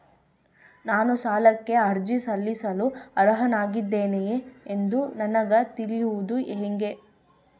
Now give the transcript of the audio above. ನಾನು ಸಾಲಕ್ಕೆ ಅರ್ಜಿ ಸಲ್ಲಿಸಲು ಅರ್ಹನಾಗಿದ್ದೇನೆ ಎಂದು ನನಗ ತಿಳಿಯುವುದು ಹೆಂಗ?